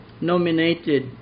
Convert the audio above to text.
nominated